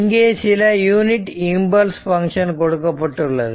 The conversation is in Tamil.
இங்கே சில யூனிட் இம்பல்ஸ் பங்க்ஷன் கொடுக்கப்பட்டுள்ளது